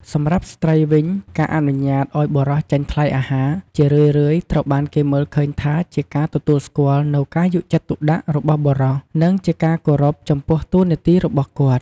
សម្រាប់ស្ត្រីវិញ ការអនុញ្ញាតឱ្យបុរសចេញថ្លៃអាហារ ជារឿយៗត្រូវបានគេមើលឃើញថាជាការទទួលស្គាល់នូវការយកចិត្តទុកដាក់របស់បុរស និងជាការគោរពចំពោះតួនាទីរបស់គាត់។